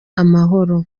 amahoro